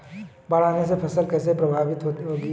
बाढ़ आने से फसल कैसे प्रभावित होगी?